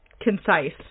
concise